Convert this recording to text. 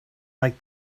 like